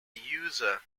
user